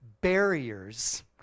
barriers